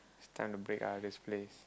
time to break out of this place